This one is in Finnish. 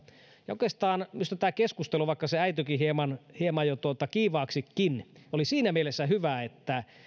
ja oikeastaan minusta tämä keskustelu vaikka se äityi hieman hieman jo kiivaaksikin oli siinä mielessä hyvä että